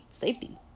safety